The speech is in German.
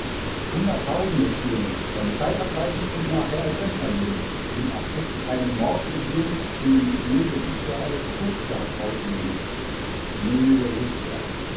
hunderttausende stehlen seine zeit abreißen und nachher als rentner leben im affekt einen mord begehen den milde richter als totschlag auslegen milde richter